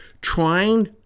trying